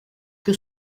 que